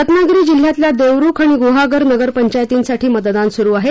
रत्नागिरी जिल्ह्यातल्या देवरुख आणि गुहागर नगर पंचायतींसाठी मतदान सुरु आहे